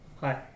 Hi